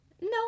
No